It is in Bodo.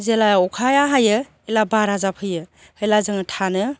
जेला अखाया हायो एला बारा जाफैयो हेला जोङो थानो